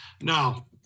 Now